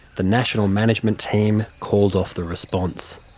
the national management team called off the response.